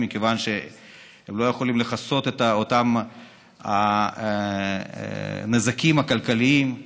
מכיוון שהן לא יכולות לכסות את אותם נזקים כלכליים.